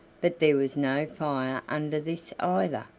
but there was no fire under this either.